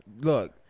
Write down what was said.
look